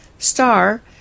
Star